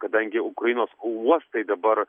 kadangi ukrainos uostai dabar